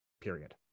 period